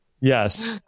yes